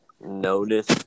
Notice